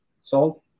salt